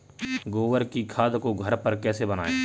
गोबर की खाद को घर पर कैसे बनाएँ?